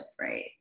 right